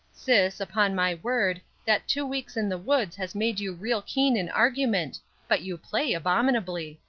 sis, upon my word, that two weeks in the woods has made you real keen in argument but you play abominably.